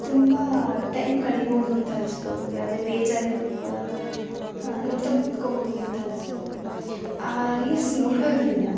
ತುಂಬ ಟೈಮ್ ಕಳೀಬಹುದು ಅಂತ ಅನ್ನಿಸ್ಬೋದು ಯಾವುದೇ ಬೇಜಾರಿದ್ದರೂ ಕೂಡ ಹಾಂ ನೋಡ್ತಾ ಕೂತ್ಕೊಳ್ಬೋದು ಅಂತ ಅನ್ಸ್ಬೋದು ಆ ರೀಲ್ಸ್ ನೋಡೋದರಿಂದ